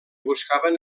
buscaven